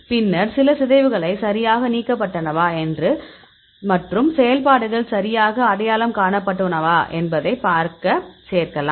பின்னர் சில சிதைவுகளைச் சரியாக நீக்கப்பட்டனவா மற்றும் செயல்பாடுகள் சரியாக அடையாளம் காணப்பட்டுள்ளனவா என்பதைப் பார்க்க சேர்க்கலாம்